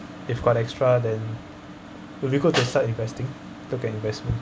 if got extra then if maybe go to start investing look at investment